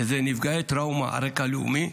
שזה נפגעי טראומה על רקע לאומי.